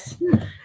yes